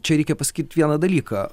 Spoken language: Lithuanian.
čia reikia pasakyt vieną dalyką